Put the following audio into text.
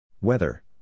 Weather